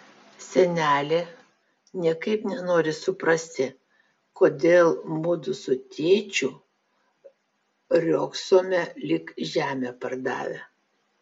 senelė niekaip nenori suprasti kodėl mudu su tėčiu riogsome lyg žemę pardavę